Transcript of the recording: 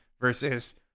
versus